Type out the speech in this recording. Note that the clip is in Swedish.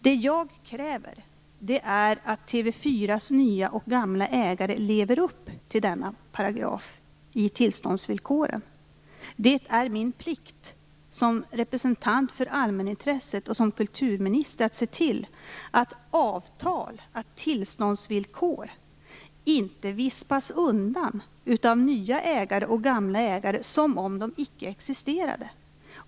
Det jag kräver är att TV 4:s nya och gamla ägare lever upp till denna paragraf i tillståndsvillkoren. Det är min plikt som representant för allmänintresset och som kulturminister att se till att avtal och tillståndsvillkor inte vispas undan av nya och gamla ägare som om de icke existerade.